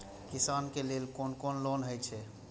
किसान के लेल कोन कोन लोन हे छे?